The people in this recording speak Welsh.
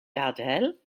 gadael